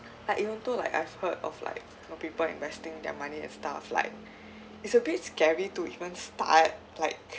like even though like I've heard of like of people investing their money and stuff like it's a bit scary to even start like